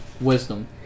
wisdom